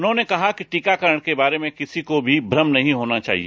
उन्होंने कहा कि टीकाकरण के बारे में किसी को भी भ्रम नहीं होना चाहिए